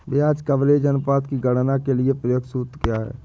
ब्याज कवरेज अनुपात की गणना के लिए प्रयुक्त सूत्र क्या है?